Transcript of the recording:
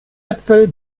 äpfel